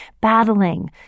battling